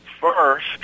first